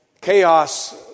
Chaos